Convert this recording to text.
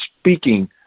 speaking